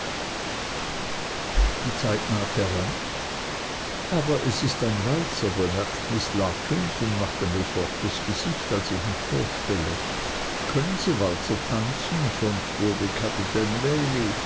die zeit naht heran aber es ist ein walzer bemerkt miß larkins und macht ein besorgtes gesicht als ich mich vorstelle können sie walzer tanzen sonst würde kapitän bailey